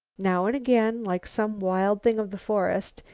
now and again, like some wild thing of the forest,